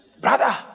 Brother